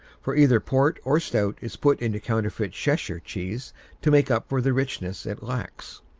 for either port or stout is put into counterfeit cheshire cheese to make up for the richness it lacks.